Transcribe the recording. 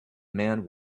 man